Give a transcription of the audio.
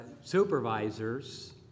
supervisors